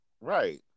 Right